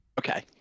Okay